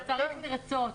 אתה צריך לרצות.